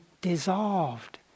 dissolved